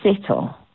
settle